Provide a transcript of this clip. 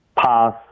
pass